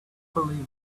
believe